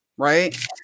right